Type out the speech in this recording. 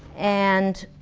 and